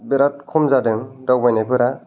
बिराद खम जादों दावबायनायफोरा